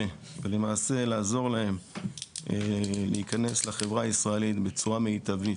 ולמעשה לעזור להם להיכנס לחברה הישראלית בצורה מיטבית,